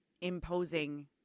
imposing